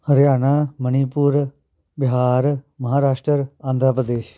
Haryana Manipur Bihar Maharashtra Andhra Pradesh